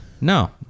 No